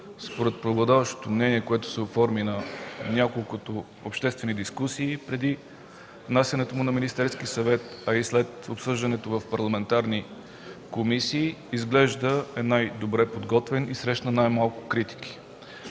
според преобладаващото мнение, което се оформи на няколкото обществени дискусии преди внасянето му в Министерския съвет, а и след обсъждането в парламентарните комисии, изглежда е най-добре подготвен и срещна най-малко критики.